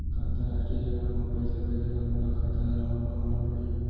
का अंतरराष्ट्रीय जगह म पइसा भेजे बर मोला खाता ल नवा बनवाना पड़ही?